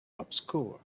obscure